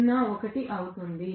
01 అవుతుంది